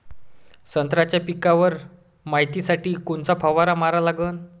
संत्र्याच्या पिकावर मायतीसाठी कोनचा फवारा मारा लागन?